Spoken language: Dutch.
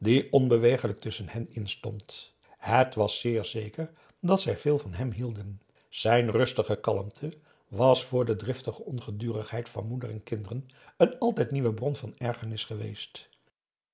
onbeweeglijk tusschen hen instond het was zeer zeker dat zij veel van hem hielden zijn rustige kalmte was voor de driftige ongedurigheid van moeder en kinderen een altijd nieuwe bron van ergernis geweest